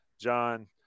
john